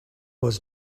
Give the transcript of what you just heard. was